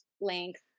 length